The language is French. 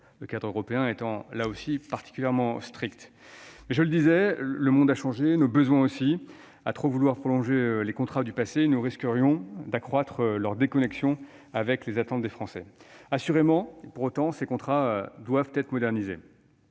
le cadre européen étant, là aussi, particulièrement strict. Mais je le disais, le monde a changé et nos besoins aussi. À trop vouloir prolonger les contrats du passé, nous risquerions d'accroître leur déconnexion avec les attentes des Français. Assurément, les contrats anciens doivent être modernisés.